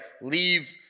leave